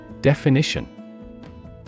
Definition